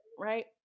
right